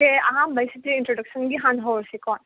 ꯁꯦ ꯑꯍꯥꯟꯕꯩꯁꯤꯗꯤ ꯏꯟꯇ꯭ꯔꯗꯛꯁꯟꯒꯤ ꯍꯥꯟꯅ ꯍꯧꯔꯁꯤꯀꯣ